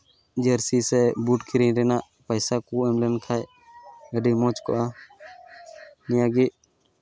ᱡᱟᱹᱨᱥᱤ ᱥᱮ ᱵᱩᱴ ᱠᱤᱨᱤᱧ ᱨᱮᱱᱟᱜ ᱯᱚᱭᱥᱟ ᱠᱚ ᱮᱢ ᱞᱮᱱᱠᱷᱟᱡ ᱟᱹᱰᱤ ᱢᱚᱡᱽ ᱠᱚᱜᱼᱟ ᱱᱤᱭᱟᱹ ᱜᱮ